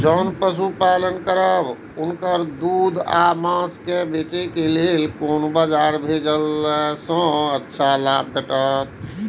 जोन पशु पालन करब उनकर दूध व माँस के बेचे के लेल कोन बाजार भेजला सँ अच्छा लाभ भेटैत?